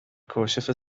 کاشف